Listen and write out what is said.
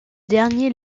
dernier